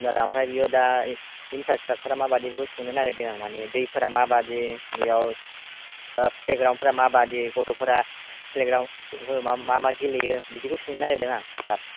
नामजादा आमफ्राय बियो दा इनफ्रासट्राकसारा माबादि सोंनो नागिरदों माने दैफ्रा माबादि बियाव प्लेग्रावन्ड फोरा माबादि गथ'फोरा प्लेग्रावन्ड फोराव मा मा गेलेयो बिदिखौ सोंनो नागिरदों आं सार